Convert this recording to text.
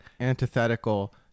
antithetical